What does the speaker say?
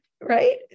right